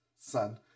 son